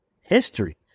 history